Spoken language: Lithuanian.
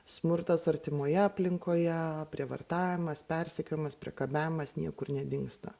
smurtas artimoje aplinkoje prievartavimas persekiojimas priekabiavimas niekur nedingsta